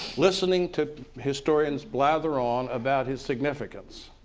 listening to historians blather on about his significance.